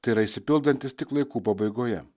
tai yra išsipildantis tik laikų pabaigoje